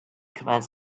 commands